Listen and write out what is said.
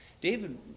David